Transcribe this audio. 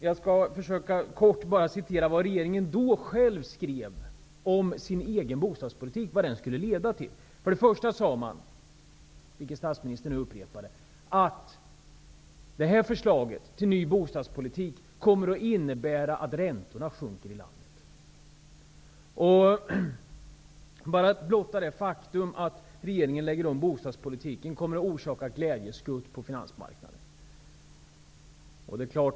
Jag skall bara kort citera vad regeringen då själv avgav att dess egen bostadspolitik skulle leda till. Det här förslaget till ny bostadspolitik kommer, sade man, att innebära att räntorna i landet sjunker. Redan det faktum att regeringen lägger om bostadspolitiken kommer att orsaka glädjeskutt på finansmarknaden.